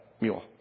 mule